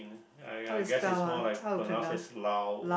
uh ya I guess it's more like pronounce as lao